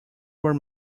were